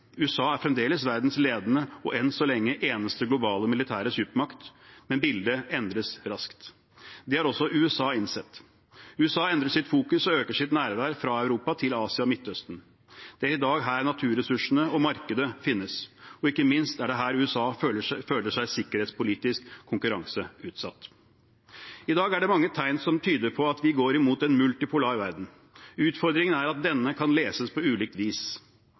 USA er fremdeles verdens ledende og inntil videre eneste globale militære supermakt, men bildet endres raskt. Det har også USA innsett. USA endrer sitt fokus fra Europa og øker sitt nærvær i Asia og Midtøsten. Det er i dag her naturressursene og markedet finnes, og ikke minst er det her USA føler seg sikkerhetspolitisk konkurranseutsatt. I dag er det mange tegn som tyder på at vi går mot en multipolar verden. Utfordringen er at denne kan leses på ulikt vis.